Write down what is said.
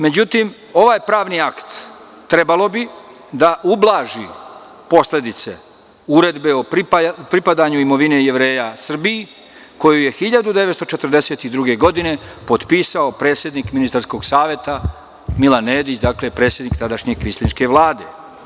Međutim, ovaj pravni akt trebalo bi da ublaži posledice Uredbe o pripadanju imovine Jevreja Srbiji, koju je 1942. godine potpisao predsednik ministarskog saveta Milan Nedić, dakle, predsednik tadašnje kvislinške Vlade.